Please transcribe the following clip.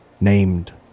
named